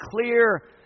clear